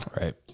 right